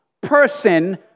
person